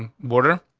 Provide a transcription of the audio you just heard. border.